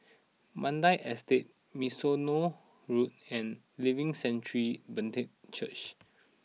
Mandai Estate Mimosa Road and Living Sanctuary Brethren Church